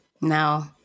No